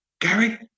Gary